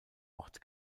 ort